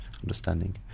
understanding